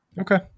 Okay